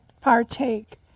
partake